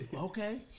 Okay